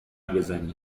بزنی